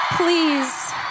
Please